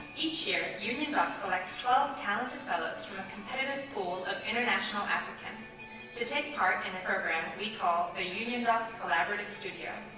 each year uniondocs selects twelve talented fellows from a competitive pool of international applicants to take part in a program we call the uniondocs collaborative studio.